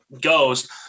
goes